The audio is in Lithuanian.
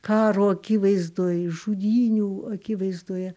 karo akivaizdoj žudynių akivaizdoje